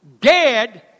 Dead